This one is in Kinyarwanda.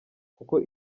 kuko